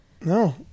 No